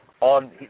on